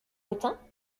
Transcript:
hautain